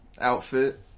outfit